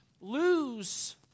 lose